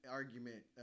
argument